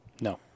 No